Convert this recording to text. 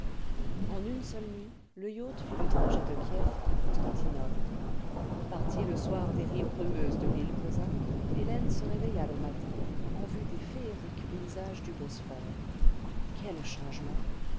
en une seule nuit le yacht fit le trajet de kiew à constantinople partie le soir des rives brumeuses de l'île cosaque hélène se réveilla le matin en vue des féeriques paysages du bosphore quel changement